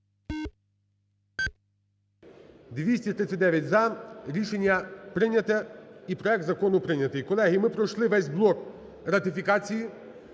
За-239 Рішення прийняте, і проект закону прийнятий. Колеги, ми пройшли весь блок ратифікації.